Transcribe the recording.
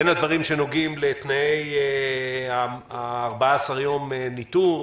הן הדברים שנוגעים לתנאי של 14 יום ניטור,